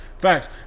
facts